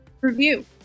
review